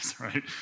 right